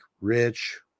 rich